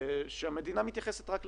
שהמדינה מתייחסת רק לחלקן.